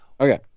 Okay